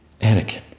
Anakin